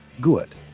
good